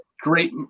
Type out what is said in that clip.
great